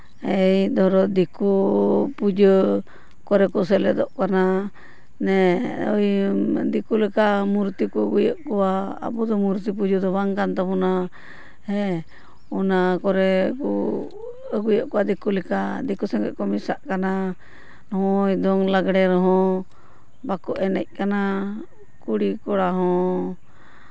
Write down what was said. ᱮᱭ ᱫᱷᱚᱨᱚ ᱫᱤᱠᱩ ᱯᱩᱡᱟᱹ ᱠᱚᱨᱮ ᱠᱚ ᱥᱮᱞᱮᱫᱚᱜ ᱠᱟᱱᱟ ᱳᱭ ᱫᱤᱠᱩ ᱞᱮᱠᱟ ᱢᱩᱨᱛᱤ ᱠᱚ ᱟᱹᱜᱩᱭᱮᱫ ᱠᱚᱣᱟ ᱟᱵᱚ ᱫᱚ ᱢᱩᱨᱛᱤ ᱯᱩᱡᱟᱹ ᱫᱚ ᱵᱟᱝ ᱠᱟᱱ ᱛᱟᱵᱚᱱᱟ ᱦᱮᱸ ᱚᱱᱟ ᱠᱚᱨᱮᱜ ᱵᱚ ᱟᱹᱜᱩᱭᱮᱫ ᱠᱚᱣᱟ ᱫᱤᱠᱩ ᱞᱮᱠᱟ ᱫᱤᱠᱩ ᱥᱚᱸᱜᱮᱜ ᱠᱚ ᱢᱮᱥᱟᱜ ᱠᱟᱱᱟ ᱱᱚᱜᱼᱚᱭ ᱫᱚᱝ ᱞᱟᱜᱽᱲᱮ ᱨᱮᱦᱚᱸ ᱵᱟᱠᱚ ᱮᱱᱮᱡ ᱠᱟᱱᱟ ᱠᱩᱲᱤᱼᱠᱚᱲᱟ ᱦᱚᱸ